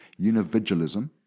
univigilism